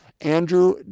Andrew